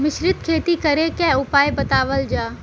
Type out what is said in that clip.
मिश्रित खेती करे क उपाय बतावल जा?